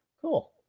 cool